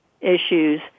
issues